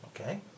Okay